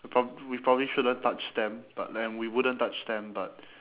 we prob~ we probably shouldn't touch them but then we wouldn't touch them but